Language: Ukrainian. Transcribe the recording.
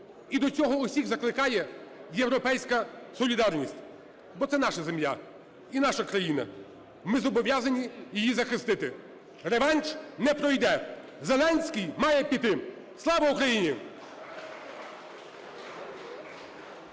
І до цього усіх закликає "Європейська солідарність". Бо це наша земля і наша країна. Ми зобов'язані її захистити. Реванш не пройде. Зеленський має піти. Слава Україні!